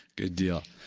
good deal,